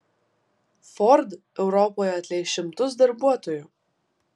ford europoje atleis šimtus darbuotojų